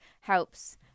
helps